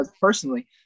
personally